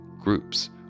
Groups